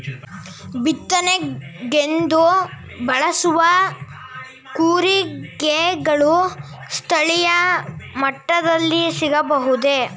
ಬಿತ್ತನೆಗೆಂದು ಬಳಸುವ ಕೂರಿಗೆಗಳು ಸ್ಥಳೀಯ ಮಟ್ಟದಲ್ಲಿ ಸಿಗಬಹುದೇ?